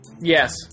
Yes